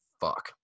fuck